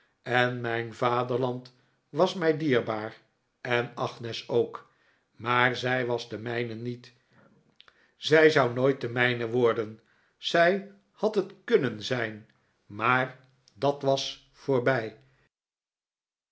en mijn vaderland was mij dierbaar en agnes ook maar zij was de mijne niet zij zou nooit de mijne worden zij had het kunnen zijn maar dat was voorbij